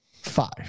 five